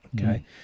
Okay